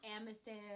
amethyst